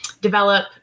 develop